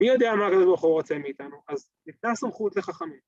‫מי יודע מה כזה בוחר רוצה מאיתנו? ‫אז ניתנה סומכות לחכמים.